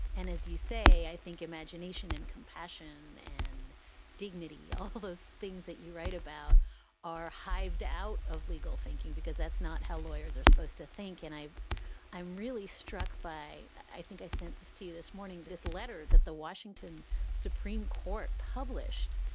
and as you say, i think imagination and compassion and dignity, all those things that you write about are hived out of legal thinking, because that's not how lawyers are supposed to think. and i i'm really struck by i think i sent this to you this morning, this letter that the washington supreme court published,